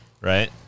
right